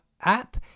app